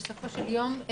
בסופו של יום,